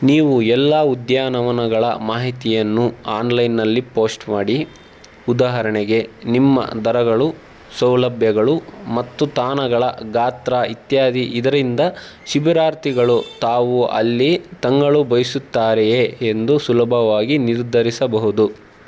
ನೀವು ಎಲ್ಲ ಉದ್ಯಾನವನಗಳ ಮಾಹಿತಿಯನ್ನು ಆನ್ಲೈನ್ನಲ್ಲಿ ಪೋಸ್ಟ್ ಮಾಡಿ ಉದಾಹರಣೆಗೆ ನಿಮ್ಮ ದರಗಳು ಸೌಲಭ್ಯಗಳು ಮತ್ತು ತಾಣಗಳ ಗಾತ್ರ ಇತ್ಯಾದಿ ಇದರಿಂದ ಶಿಬಿರಾರ್ಥಿಗಳು ತಾವು ಅಲ್ಲಿ ತಂಗಲು ಬಯಸುತ್ತಾರೆಯೇ ಎಂದು ಸುಲಭವಾಗಿ ನಿರ್ಧರಿಸಬಹುದು